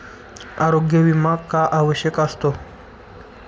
आरोग्य विमा का आवश्यक असतो?